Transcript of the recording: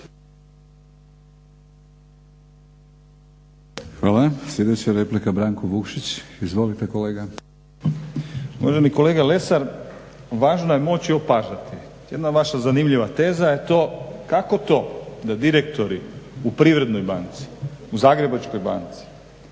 (Hrvatski laburisti - Stranka rada)** Uvaženi kolega Lesar važno je moći opažati. Jedna vaša zanimljiva teza je to kako to da direktori u Privrednoj banci, u Zagrebačkoj banci,